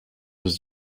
was